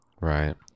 Right